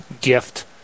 gift